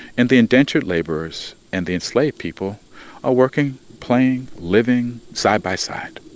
and the indentured laborers and the enslaved people are working, playing, living side-by-side,